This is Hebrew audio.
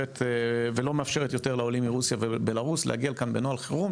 ולא מאפשרת יותר לעולים מרוסיה ובלרוס להגיע לכאן בנוהל חירום,